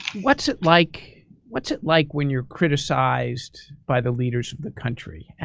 what's it like what's it like when you're criticized by the leaders of the country? and